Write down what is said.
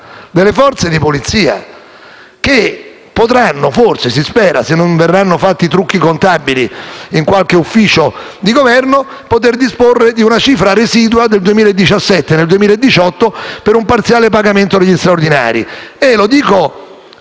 delle Forze di polizia, che forse potranno disporre - si spera se non verranno fatti trucchi contabili in qualche ufficio di Governo - di una cifra residua nel 2017 e 2018 per un parziale pagamento degli straordinari.